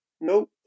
Nope